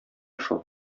шул